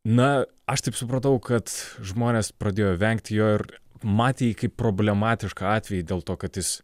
na aš taip supratau kad žmonės pradėjo vengti jo ir matė jį kaip problematišką atvejį dėl to kad jis